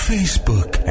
Facebook